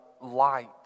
light